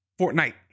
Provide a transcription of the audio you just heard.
Fortnite